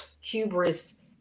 hubris